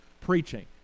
preaching